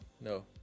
No